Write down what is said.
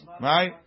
Right